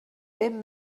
bum